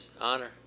Honor